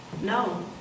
No